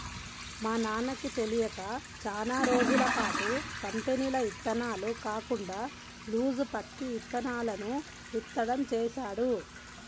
మా నాన్నకి తెలియక చానా రోజులపాటు కంపెనీల ఇత్తనాలు కాకుండా లూజు పత్తి ఇత్తనాలను విత్తడం చేశాడు